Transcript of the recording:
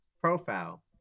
profile